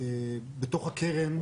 בתוך הקרן,